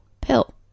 pill